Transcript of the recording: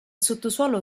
sottosuolo